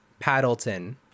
Paddleton